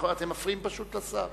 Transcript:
אתם מפריעים לשר.